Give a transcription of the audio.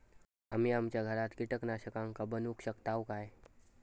आम्ही आमच्या घरात कीटकनाशका बनवू शकताव काय?